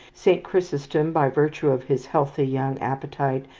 saint chrysostom, by virtue of his healthy young appetite,